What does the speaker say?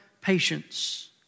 patience